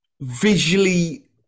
visually